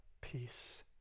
peace